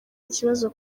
ikibazo